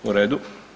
U redu.